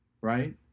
right